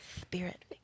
spirit